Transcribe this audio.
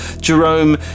Jerome